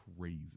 crazy